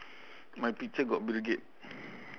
my picture got bill gate